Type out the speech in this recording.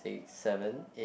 seven eight